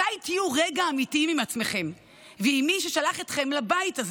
מתי תהיו רגע אמיתיים עם עצמכם ועם מי ששלח אתכם לבית הזה?